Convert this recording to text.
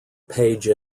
page